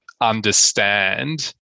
understand